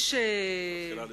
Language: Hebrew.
את מתחילה לסכם?